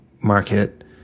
market